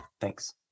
Thanks